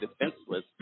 defenseless